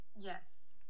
Yes